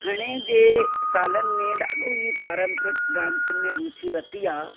हाणे जे सालनि में ॾाढो ई पारंपरिक डांसियुनि में रुचि वरिती आहे